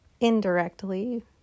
indirectly